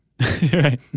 Right